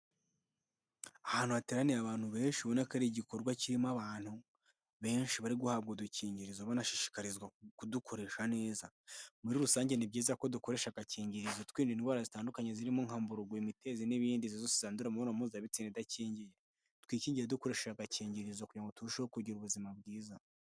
Ahantu hateraniye abantu benshi ubona ko ari igikorwa kirimo abantu, benshi bari guhabwa udukingirizo banashishikarizwa kudukoresha neza, muri rusange ni byiza ko dukoresha agakingirizo twirinda indwara zitandukanye zirimo nka Mburugu, imitezi n'ibindi izo zose zandurira mu mibonanompuzabitsina idakingiye, twikingire dukoreshe agakingirizo kugira ngo turusheho kugira ubuzima bwiza.